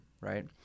right